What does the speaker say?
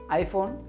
iPhone